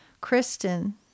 Kristen